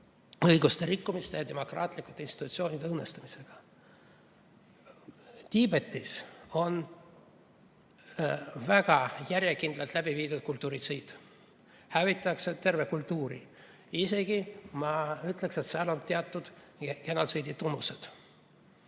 inimõiguste rikkumise ja demokraatlike institutsioonide õõnestamisega. Tiibetis on väga järjekindlalt läbi viidud kultuuri hävitamist, hävitatakse tervet kultuuri. Ma isegi ütleksin, et seal on teatud genotsiidi tunnused.